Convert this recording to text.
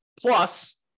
Plus